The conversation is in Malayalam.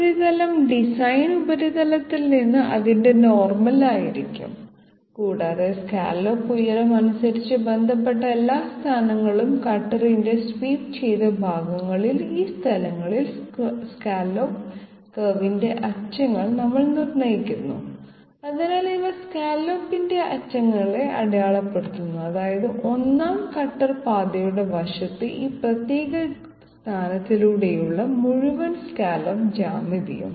ഈ ഉപരിതലം ഡിസൈൻ ഉപരിതലത്തിൽ നിന്ന് അതിന്റെ നോർമൽ ആയിരിക്കും കൂടാതെ സ്കല്ലോപ്പ് ഉയരം അനുസരിച്ച് ബന്ധപ്പെട്ട എല്ലാ സ്ഥാനങ്ങളും കട്ടറിന്റെ സ്വീപ് ചെയ്ത ഭാഗങ്ങളിൽ ഈ സ്ഥലങ്ങളിൽ സ്കല്ലോപ്പ് കർവിന്റെ അറ്റങ്ങൾ നമ്മൾ നിർണ്ണയിക്കുന്നു അതിനാൽ ഇവ സ്കല്ലോപ്പിന്റെ അറ്റങ്ങളെ അടയാളപ്പെടുത്തുന്നു അതായത് 1 ആം കട്ടർ പാതയുടെ വശത്ത് ഈ പ്രത്യേക സ്ഥാനത്തിലൂടെയുള്ള മുഴുവൻ സ്കല്ലോപ്പ് ജ്യാമിതിയും